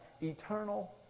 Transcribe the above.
eternal